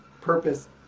purpose